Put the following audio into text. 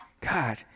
God